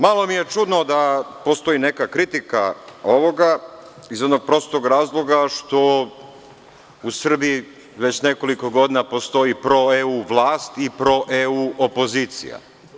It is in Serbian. Malo mi je čudno da postoji neka kritika ovoga, iz jednog prostog razloga što u Srbiji već nekoliko godina postoji proevropska vlast i proevropska opozicija.